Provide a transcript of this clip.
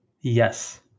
yes